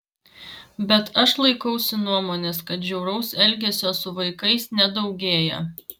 bet aš laikausi nuomonės kad žiauraus elgesio su vaikais nedaugėja